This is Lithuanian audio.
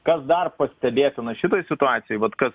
kas dar pastebėtina šitoj situacijoj vat kas